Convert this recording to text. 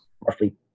roughly